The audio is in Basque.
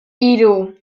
hiru